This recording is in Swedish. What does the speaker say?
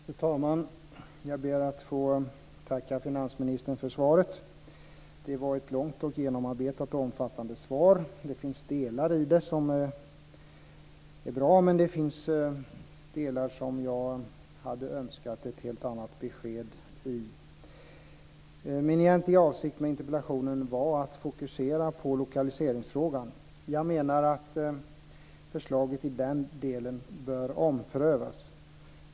Fru talman! Jag ber att få tacka finansministern för svaret. Det var ett långt, genomarbetat och omfattande svar. Delar av det är bra, men det finns också delar som jag hade önskat ett helt annat besked i. Min egentliga avsikt med interpellationen var att fokusera på lokaliseringsfrågan. Jag menar att förslaget i den delen bör omprövas.